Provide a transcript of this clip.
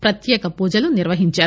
ప్రత్యేక పూజలు నిర్వహించారు